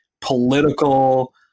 political